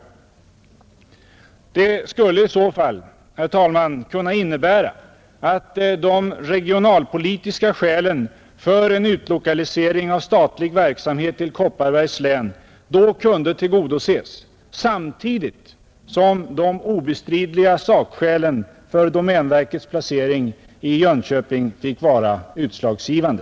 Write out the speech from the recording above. Det skulle i så fall, herr talman, kunna innebära att de regionalpolitiska skälen för en utlokalisering av statlig verksamhet till Kopparbergs län då kunde tillgodoses samtidigt som de obestridliga sakskälen för domänverkets placering i Jönköping fick vara utslagsgivande.